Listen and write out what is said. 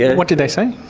and what did they say?